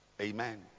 Amen